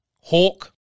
Hawk